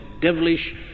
devilish